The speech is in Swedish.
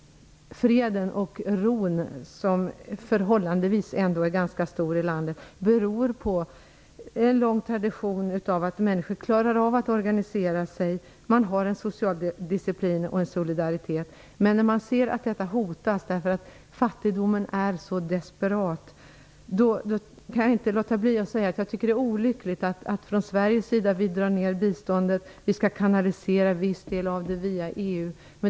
Freden och den ro som ändå är förhållandevis ganska stor i landet beror på en lång tradition av att människor klarar av att organisera sig. Man har social disciplin och solidaritet. Men när detta hotas därför att fattigdomen är så desperat kan jag inte låta bli att säga att det är olyckligt att vi från svensk sida drar ned på biståndet och att vi skall kanalisera en viss del av det via EU.